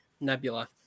Nebula